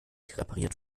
repariert